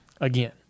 again